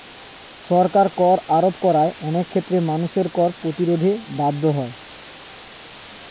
সরকার কর আরোপ করায় অনেক ক্ষেত্রে মানুষ কর প্রতিরোধে বাধ্য হয়